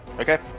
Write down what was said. Okay